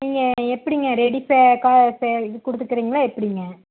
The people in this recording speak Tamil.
நீங்கள் எப்படிங்க ரெடி கேஷா கொடுத்துக்கறிங்களா எப்படிங்க